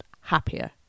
happier